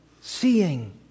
seeing